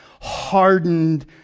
hardened